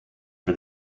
for